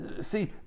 see